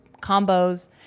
combos